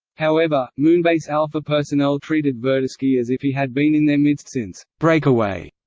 however, moonbase alpha personnel treated verdeschi as if he had been in their midst since breakaway.